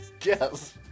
Yes